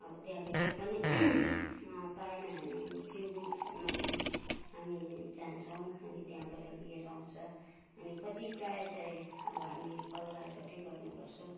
अनि त्यहाँ भित्र पनि पाएन भने हामी सिलगढीसम्म पनि हामी जान्छौँ अनि त्यहाँबाट लिएर आउँछ अनि कति प्राय चाहिँ अब हामी अलगढाबाटै गर्ने गर्छौँ